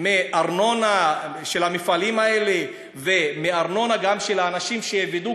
מארנונה של המפעלים האלה ומארנונה גם של האנשים שיעבדו,